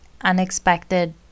unexpected